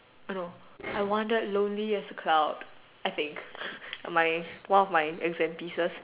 no I wandered lonely as a cloud I think my one of my exam pieces